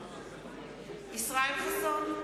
ישראל חסון,